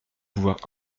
pouvoir